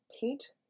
paint